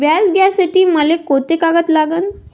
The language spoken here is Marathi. व्याज घ्यासाठी मले कोंते कागद लागन?